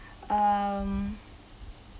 um